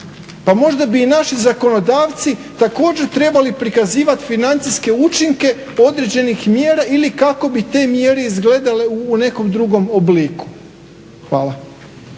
Pa možda bi i naši zakonodavci također trebali prikazivati financijske učinke određenih mjera ili kako bi te mjere izgledale u nekom drugom obliku. Hvala.